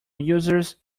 users